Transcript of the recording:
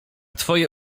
twoje